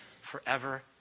forever